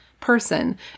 person